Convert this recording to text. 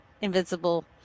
invisible